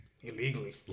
illegally